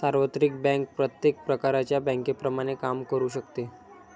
सार्वत्रिक बँक प्रत्येक प्रकारच्या बँकेप्रमाणे काम करू शकते